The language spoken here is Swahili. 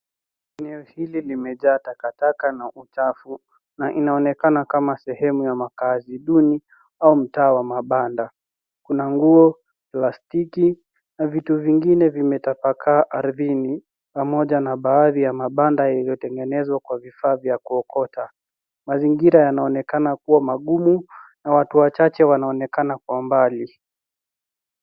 Eneo hili limejaa takataka na uchafu na inaonekana kama sehemu ya makazi duni au mtaa wa mabanda. Kuna nguo, plastiki na vitu vingine vimetapakaa ardhini pamoja na baadhi ya mabanda yaliyotengenezwa kwa vifaa vya kuokota. Mazingira yanaonekana kuwa magumu na watu wachache wanaonekana kwa mbali.